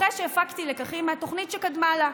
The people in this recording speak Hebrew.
אחרי שהפקתי לקחים מהתוכנית שקדמה לה,